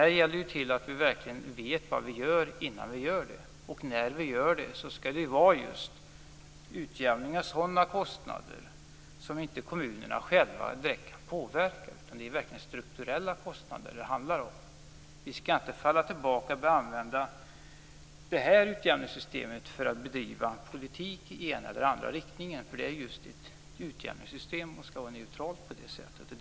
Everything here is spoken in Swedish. Här vill det till att vi verkligen vet vad vi gör innan vi gör det. Och när vi gör det, skall det vara just utjämning av sådana kostnader som inte kommunerna själva direkt kan påverka. Det skall verkligen vara strukturella kostnader det skall handla om. Det här är just ett utjämningssystem. Det skall vara neutralt på det sättet.